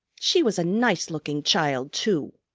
she was a nice-looking child, too.